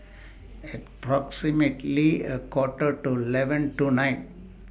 approximately A Quarter to eleven tonight